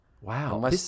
Wow